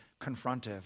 confrontive